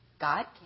God